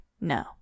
no